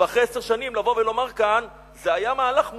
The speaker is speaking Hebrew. ואחרי עשר שנים לבוא ולומר כאן: זה היה מהלך מוצלח.